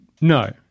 No